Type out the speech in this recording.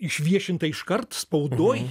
išviešinta iškart spaudoj